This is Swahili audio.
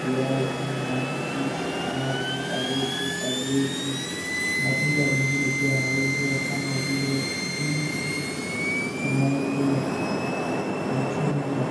viazi, mahindi, spinachi ,karoti, kabeji. Matunda mengine pia yanauzwa, kama vile ndizi, maembe, machungwa.